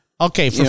Okay